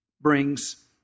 brings